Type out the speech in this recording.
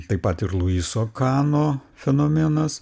taip pat ir luiso kano fenomenas